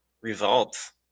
results